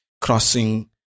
crossing